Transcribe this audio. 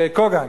כוגן,